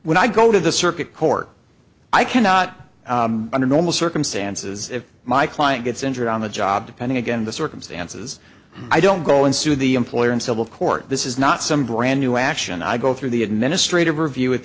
when i go to the circuit court i cannot under normal circumstances if my client gets injured on the job depending again on the circumstances i don't go into the employer and civil court this is not some brand new action i go through the administrative review